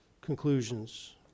conclusions